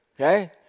Okay